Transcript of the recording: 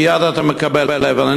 מייד אתה מקבל אבן.